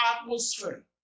atmosphere